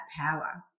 power